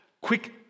quick